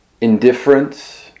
indifference